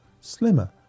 slimmer